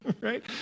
right